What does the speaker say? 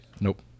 Nope